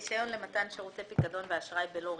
רישיון למתן שירותי פיקדון ואשראי בלא ריבית.